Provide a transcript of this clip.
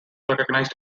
recognized